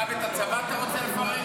גם את הצבא אתה רוצה לפרק?